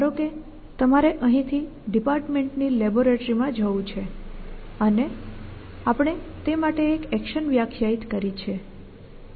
ધારો કે તમારે અહીંથી ડિપાર્ટમેન્ટની લેબોરેટમાં જવું છે અને આપણે તે માટે એક એક્શન વ્યાખ્યાયિત કરી છે